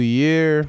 year